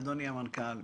אדוני המנכ"ל,